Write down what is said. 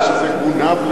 שזה גונב לאוזניך.